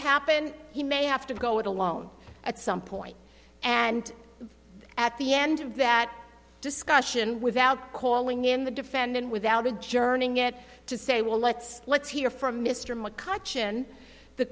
happen he may have to go it alone at some point and at the end of that discussion without calling in the defendant without a journey to say well let's let's hear from mr mccutcheon the